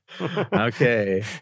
Okay